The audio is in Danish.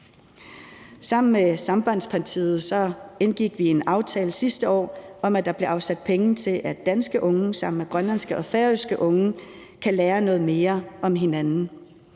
Sammen med Sambandspartiet indgik vi sidste år en aftale om, at der blev afsat penge til, at danske unge og grønlandske og færøske unge kan lære noget mere om hinanden.